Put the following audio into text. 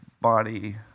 body